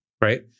right